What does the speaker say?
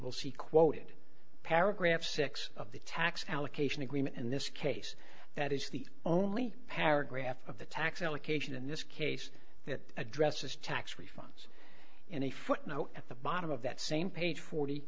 will see quoted paragraph six of the tax allocation agreement in this case that is the only paragraph of the tax allocation in this case that addresses tax refunds in a footnote at the bottom of that same page forty